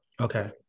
Okay